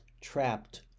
trapped